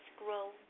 scroll